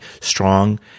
strong